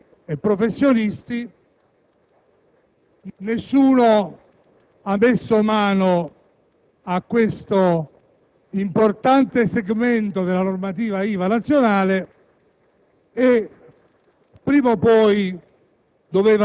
dell'IVA degli autoveicoli per le imprese ed i professionisti: nessuno ha messo mano a tale importante segmento della normativa IVA nazionale